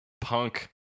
punk